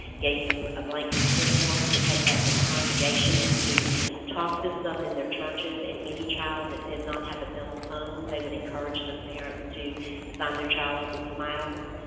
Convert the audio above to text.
gave them blank consent forms to take back to the congregations to talk us up in their churches, and any child that did not have a dental home they would encourage those parents to sign their child up with smiles.